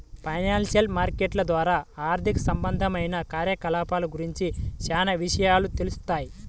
financial మార్కెట్ల ద్వారా ఆర్థిక సంబంధమైన కార్యకలాపాల గురించి చానా విషయాలు తెలుత్తాయి